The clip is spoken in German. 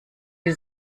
die